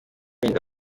wenda